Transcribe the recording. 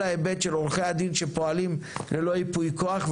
ההיבט של עורכי הדין שפועלים ללא ייפוי כוח,